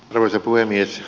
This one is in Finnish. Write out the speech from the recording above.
arvoisa puhemies